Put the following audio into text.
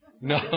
No